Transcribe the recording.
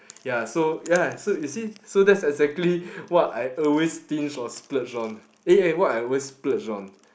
ya so ya so you see so that's exactly what I always stinge or splurge on eh eh what I always splurge on